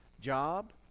Job